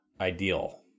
ideal